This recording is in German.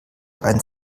ein